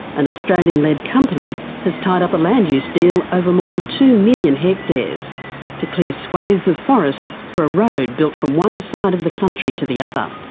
an australian-led company has tied up a land use deal over more than two million hectares to clear swathes of forest for a road built from one side of the country to the other.